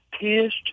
pissed